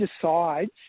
decides